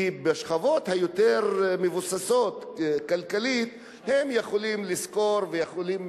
כי בשכבות היותר-מבוססות כלכלית הם יכולים לשכור ויכולים